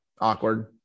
awkward